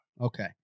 Okay